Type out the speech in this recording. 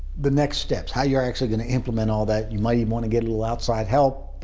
the next steps. how you're actually gonna and um and all that. you might even wanna get a little outside help.